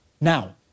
Now